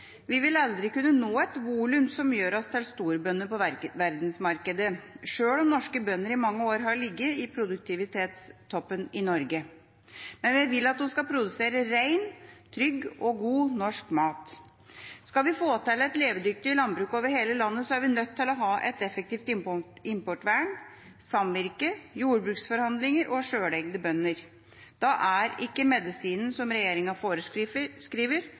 Vi vil aldri kunne nå et volum som gjør oss til storbønder på verdensmarkedet, selv om norske bønder i mange år har ligget i produktivitetstoppen i Norge. Men vi vil at de skal produsere ren, trygg og god norsk mat. Skal vi få til et levedyktig landbruk over hele landet, er vi nødt til å ha et effektivt importvern, samvirke, jordbruksforhandlinger og selveiende bønder. Da er ikke medisinen, som regjeringa